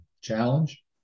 challenge